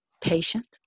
patient